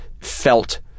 felt